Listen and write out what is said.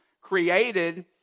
Created